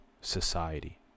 society